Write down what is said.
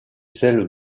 celle